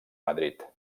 madrid